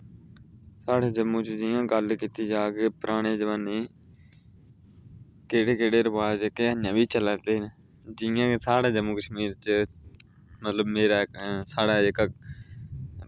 साढ़े जम्मू च जियां गल्ल कीती जा की पराने जमानै च केह्ड़े केह्ड़े रवाज़ न जेह्के ऐहीं बी चला दे न जियां साढ़े जम्मू कश्मीर च मतलब मेरा साढ़ा जेह्का